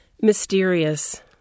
Mysterious